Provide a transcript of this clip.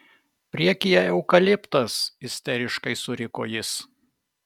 priekyje eukaliptas isteriškai suriko jis